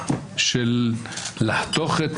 שהמודל שחותך,